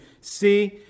see